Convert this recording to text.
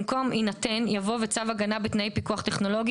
במקום "יינתן" יבוא "וצו הגנה בתנאי פיקוח טכנולוגי